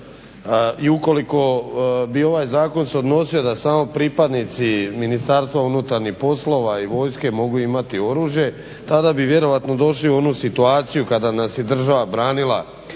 i ukoliko bi ovaj zakon se odnosio da samo pripadnici Ministarstva unutarnjih poslova i vojske mogu imati oružje tada bi vjerojatno došli u onu situaciju kada nas je država branila